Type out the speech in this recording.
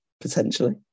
potentially